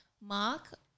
Mark